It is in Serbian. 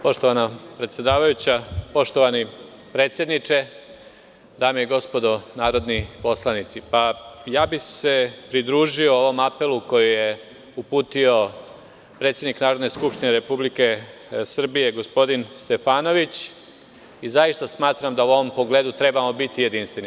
Poštovana predsedavajuća, poštovani predsedniče, dame i gospodo narodni poslanici, ja bih se pridružio ovom apelu koji je uputio predsednik Narodne skupštine Republike Srbije, gospodin Stefanović i zaista smatram da u ovom pogledu trebamo biti jedinstveni.